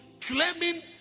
claiming